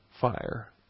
fire